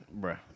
Bruh